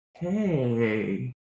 Hey